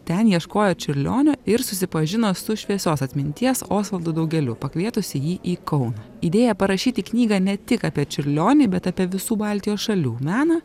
ten ieškojo čiurlionio ir susipažino su šviesios atminties osvaldu daugeliu pakvietusi jį į kauną idėja parašyti knygą ne tik apie čiurlionį bet apie visų baltijos šalių meną